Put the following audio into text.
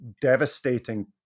devastating